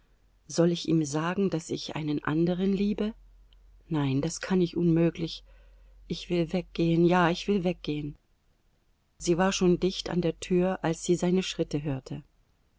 soll ich ihm sagen daß ich einen anderen liebe nein das kann ich unmöglich ich will weggehen ja ich will weggehen sie war schon dicht an der tür als sie seine schritte hörte